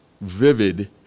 vivid